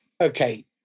Okay